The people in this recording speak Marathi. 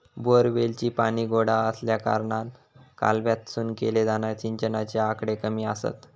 बोअरवेलीचा पाणी गोडा आसल्याकारणान कालव्यातसून केले जाणारे सिंचनाचे आकडे कमी आसत